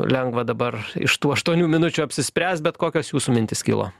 lengva dabar iš tų aštuonių minučių apsispręst bet kokios jūsų mintys kilo